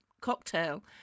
cocktail